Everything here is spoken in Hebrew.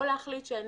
או להחליט שהן